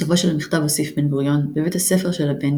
בסופו של המכתב הוסיף בן-גוריון "בבית-הספר של הבן,